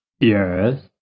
Yes